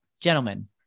gentlemen